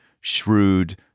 shrewd